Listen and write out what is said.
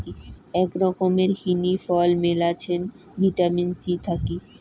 আক রকমের হিনি ফল মেলাছেন ভিটামিন সি থাকি